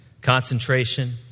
concentration